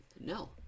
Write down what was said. No